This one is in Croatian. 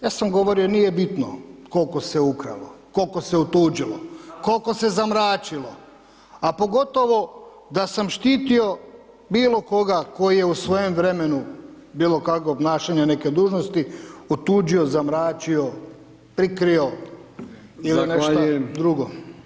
Ja sam govorio nije bitno koliko se ukralo, koliko se otuđilo, koliko se zamračilo, a pogotovo da sam štitio bilo koga koji je u svojem vremenu bilo kakvog obnašanja neke dužnosti, otuđio, zamračio, prikrio [[Upadica: Zahvaljujem]] ili nešta drugo.